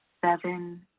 seven,